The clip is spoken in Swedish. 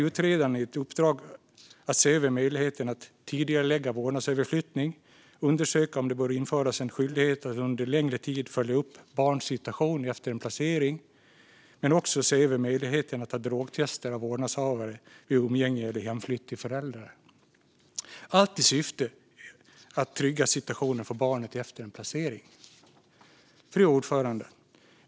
Utredaren har i uppdrag att se över möjligheten att tidigarelägga vårdnadsöverflyttning och undersöka om det bör införas en skyldighet att under längre tid följa upp barns situation efter en placering men också se över möjligheten att göra drogtester av vårdnadshavare vid umgänge eller hemflytt till föräldrar - allt i syfte att trygga situationen för barnet efter en placering. Fru talman!